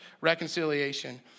reconciliation